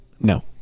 No